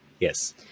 Yes